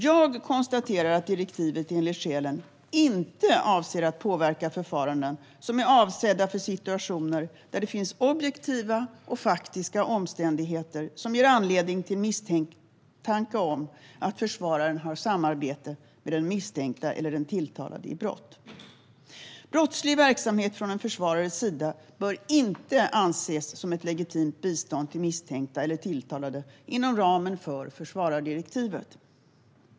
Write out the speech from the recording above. Jag konstaterar att direktivet enligt skälen inte avser att påverka förfaranden som är avsedda för situationer där det finns objektiva och faktiska omständigheter som ger anledning till misstanke om att försvararen har samarbete med den misstänkta eller den tilltalade i brott. Brottslig verksamhet från en försvarares sida bör inte anses som ett legitimt bistånd till misstänkta eller tilltalade inom ramen för försvarardirektivet.